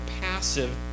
passive